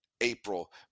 April